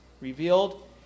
revealed